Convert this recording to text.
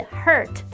hurt